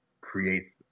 creates